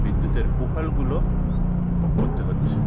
বিদ্যুতের কুফলগুলো ভোগ করতে হচ্ছে